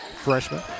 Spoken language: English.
Freshman